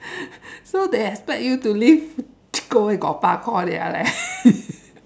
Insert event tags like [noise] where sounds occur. [laughs] so they expect you to live hokkien